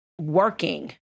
working